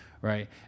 right